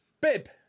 Bib